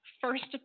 first